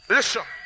Listen